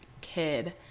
kid